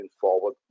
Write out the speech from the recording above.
forward